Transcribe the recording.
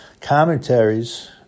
commentaries